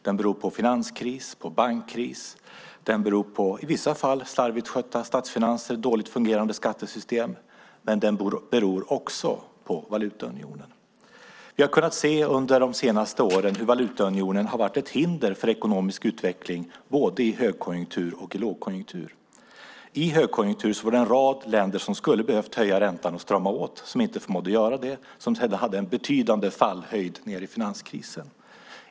Den beror på finanskris, bankkris, i vissa fall slarvigt skötta statsfinanser och dåligt fungerande skattesystem, men den beror också på valutaunionen. Vi har under de senaste åren kunnat se hur valutaunionen har varit ett hinder för ekonomisk utveckling, både i högkonjunktur och i lågkonjunktur. I högkonjunktur var det en rad länder som skulle ha behövt höja räntan och strama åt men som inte förmådde göra det och som hade en betydande fallhöjd ned i finanskrisen.